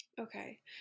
Okay